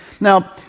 Now